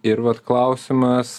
ir vat klausimas